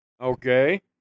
Okay